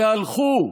שהלכו,